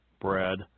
bread